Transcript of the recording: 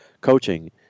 coaching